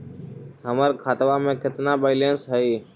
हमर खतबा में केतना बैलेंस हई?